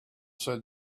said